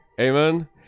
Amen